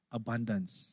abundance